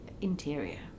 interior